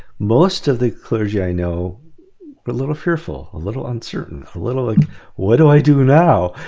most of the clergy i know a little fearful, a little uncertain a little like what do i do now?